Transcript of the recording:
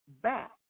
back